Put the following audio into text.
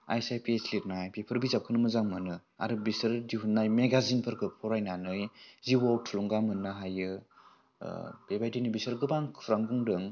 I A S I P S लिरनाय बेफोर बिजाबखौनो मोजां मोनो आरो बिसोर दिहुननाय मेगाजिनफोरखौ फरायनानै जिउआव थुलुंगा मोननो हायो बेबायदिनो बिसोर गोबां खौरां बुंदों